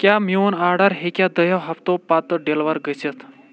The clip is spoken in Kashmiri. کیٛاہ میٛون آرڈر ہٮ۪کیٛاہ دۅیو ہفتو پتہٕ ڈیلیور گٔژھِتھ